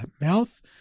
mouth